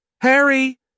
Harry